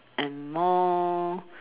and more